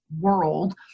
world